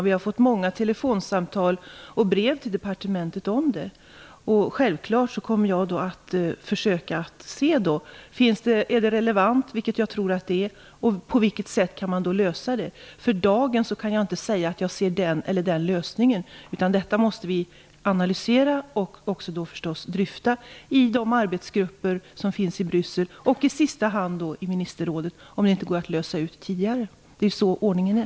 Vi har fått många telefonsamtal och brev till departementet om detta. Om det är relevant, vilket jag tror att det är, kommer jag att försöka se på vilket sätt man kan lösa detta problem. För dagen kan jag inte säga att jag ser den ena eller den andra lösningen. Detta måste vi analysera och förstås dryfta i de arbetsgrupper som finns i Bryssel. I sista hand skall frågan tas upp i ministerrådet, om den inte går att lösa tidigare. Det är så ordningen är.